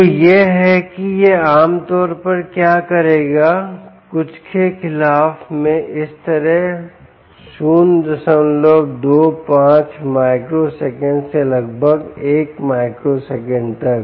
तो यह है कि यह आम तौर पर क्या करेगा कुछ के खिलाफ में इस तरह 025 माइक्रोसेकंड से लगभग एक माइक्रोसेकंड तक